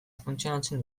funtzionatzen